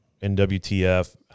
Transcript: NWTF